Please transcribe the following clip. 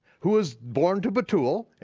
who was born to bethuel,